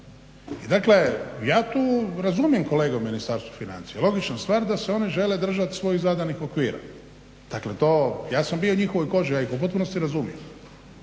I dakle, ja tu razumijem kolege u Ministarstvu financija. Logična stvar da se oni žele držati svojih zadanih okvira. Dakle to, ja sam bio u njihovoj koži, ja ih u potpunosti razumijem.